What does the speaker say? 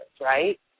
right